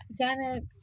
Janet